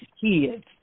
kids